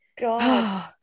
God